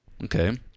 Okay